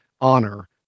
honor